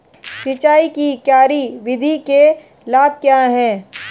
सिंचाई की क्यारी विधि के लाभ क्या हैं?